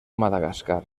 madagascar